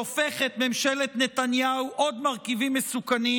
שופכת ממשלת נתניהו עוד מרכיבים מסוכנים